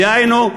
דהיינו,